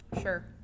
sure